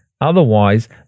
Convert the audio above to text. Otherwise